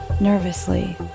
nervously